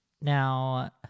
Now